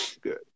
good